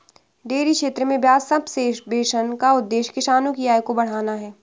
dairy क्षेत्र में ब्याज सब्वेंशन का उद्देश्य किसानों की आय को बढ़ाना है